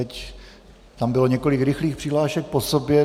Teď tam bylo několik rychlých přihlášek po sobě.